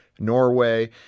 Norway